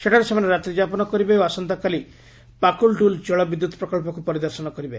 ସେଠାରେ ସେମାନେ ରାତ୍ରି ଯାପନ କରିବେ ଓ ଆସନ୍ତାକାଲି ପାକୁଲ ଡୁଲ୍ ଜଳ ବିଦ୍ୟୁତ୍ ପ୍ରକଳ୍ପକୁ ପରିଦର୍ଶନ କରିବେ